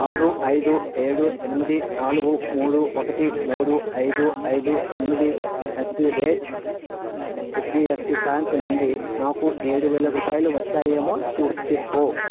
ఆరు ఐదు ఏడు ఎనిమిది నాలుగు మూడు ఒకటి మూడు ఐదు ఐదు ఎనిమిది at the rate HDFC bank నుండి నాకు ఏడు వేలు రూపాయలు వచ్చాయేమో చూసి చెప్పు